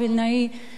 אני חייבת להודות,